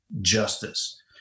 justice